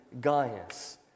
Gaius